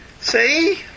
See